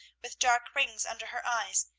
with dark rings under her eyes,